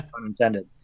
unintended